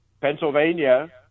Pennsylvania